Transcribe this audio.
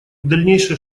дальнейших